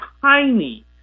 tiny